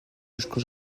jusqu’au